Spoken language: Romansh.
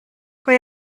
quei